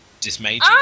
dismayed